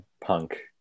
punk